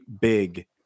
big